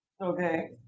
okay